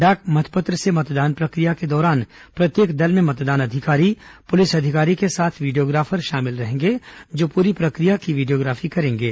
डाक मतपत्र से मतदान प्रक्रिया के दौरान प्रत्येक दल में मतदान अधिकारी पुलिस अधिकारी के साथ वीडियोग्राफर शामिल रहेंगे जो पूरी प्रक्रिया की वीडियोग्राफी करेंगे